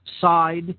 side